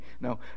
No